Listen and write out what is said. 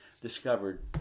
discovered